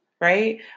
right